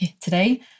today